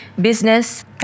Business